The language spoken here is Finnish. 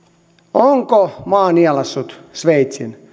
onko maa nielaissut sveitsin